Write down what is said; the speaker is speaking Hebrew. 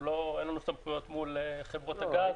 אין לנו סמכויות מול חברות הגז,